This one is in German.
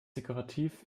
dekorativ